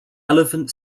elephant